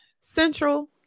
Central